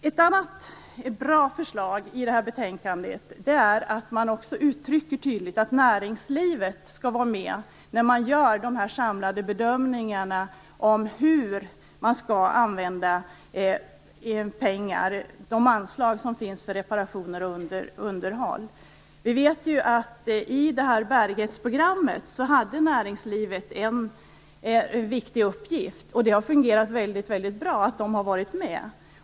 Ett annat bra förslag i detta betänkande är att man tydligt uttrycker att näringslivet skall vara med när man gör de samlade bedömningarna av hur man skall använda de anslag som finns för reparationer och underhåll. Vi vet att näringslivet hade en viktig uppgift i bärighetsprogrammet. Det har fungerat väldigt bra när näringslivet har varit med.